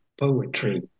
poetry